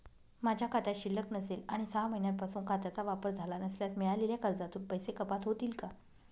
माझ्या खात्यात शिल्लक नसेल आणि सहा महिन्यांपासून खात्याचा वापर झाला नसल्यास मिळालेल्या कर्जातून पैसे कपात होतील का?